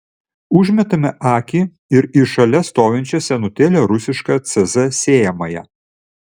užmetame akį ir į šalia stovinčią senutėlę rusišką cz sėjamąją